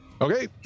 Okay